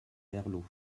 herlaut